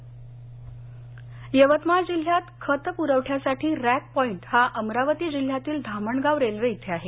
खत यवतमाळ यवतमाळ जिल्ह्यात खत पुरवठ्यासाठी रॅक पॉईट हा अमरावती जिल्ह्यातील धामणगाव रेल्वे इथे आहे